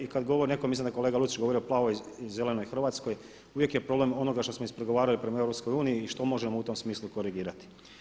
I kad govori netko, mislim da je kolega Lucić govorio o plavoj i zelenoj Hrvatskoj uvijek je problem onoga što smo ispregovarali prema EU i što možemo u tom smislu korigirati.